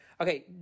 Okay